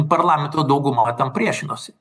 parlamento dauguma tam priešinosi